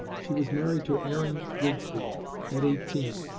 she was married to aaron grigsby at eighteen,